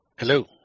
Hello